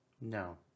No